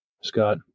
Scott